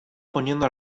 poniendo